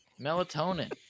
melatonin